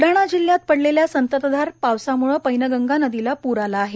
ब्लडाणा जिल्ह्यात पडलेल्या संतत धार पावसाम्ळे पैनगंगा नदीला प्र आला आहे